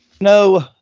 No